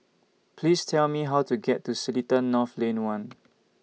Please Tell Me How to get to Seletar North Lane one